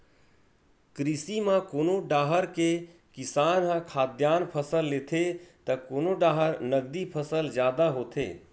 कृषि म कोनो डाहर के किसान ह खाद्यान फसल लेथे त कोनो डाहर नगदी फसल जादा होथे